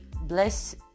bless